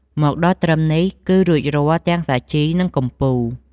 មកដល់ត្រឹមនេះ គឺរួចរាល់ទាំងសាជី និងកំពូល។